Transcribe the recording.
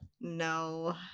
no